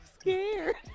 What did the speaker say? scared